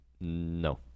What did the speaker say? No